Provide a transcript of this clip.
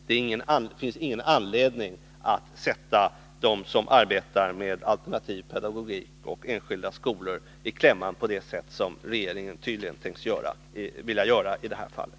Det finns ingen anledning att sätta dem som arbetar med alternativ pedagogik och enskilda skolor i klämman på det sätt som regeringen tydligen tycks vilja göra i det här fallet.